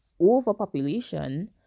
overpopulation